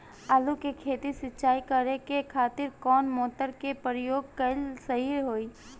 आलू के खेत सिंचाई करे के खातिर कौन मोटर के प्रयोग कएल सही होई?